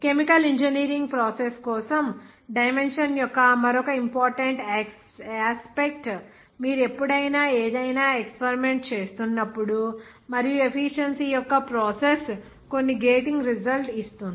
chemical engineering process కోసం dimension యొక్క మరొక ఇంపార్టెంట్ యాస్పెక్ట్ మీరు ఎప్పుడైనా ఏదైనా ఎక్స్పరిమెంట్ చేస్తున్నప్పుడు మరియు ఎఫీషియెన్సీ యొక్క ప్రాసెస్ కొన్ని గేటింగ్ రిజల్ట్స్ ఇస్తుంది